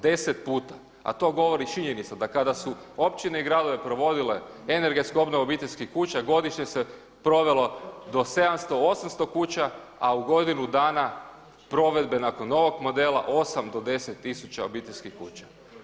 Deset puta, a to govori činjenica da kada su općine i gradovi provodili energetsku obnovu obiteljskih kuća, godišnje se provelo do 700, 800 kuća, a u godinu dana provedbe nakon ovog modela 8 do 10 tisuća obiteljskih kuća.